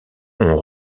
ont